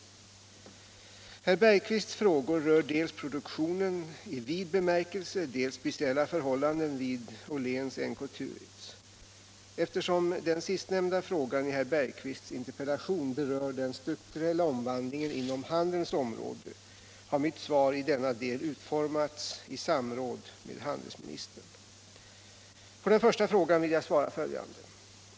Herr Bergqvists frågor rör dels produktionen i vid bemärkelse, dels speciella förhållanden vid Åhléns/NK-Turitz. Eftersom den sistnämnda frågan i herr Bergqvists interpellation berör den strukturella omvandlingen inom handelns område har mitt svar i denna del utformats i samråd med handelsministern. På den första frågan vill jag svara följande.